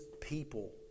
people